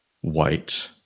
White